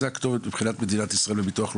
זאת הכתובת מבחינת מדינת ישראל והביטוח הלאומי.